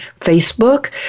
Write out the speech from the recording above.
Facebook